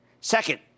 Second